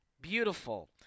beautiful